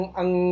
ang